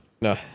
no